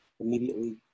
immediately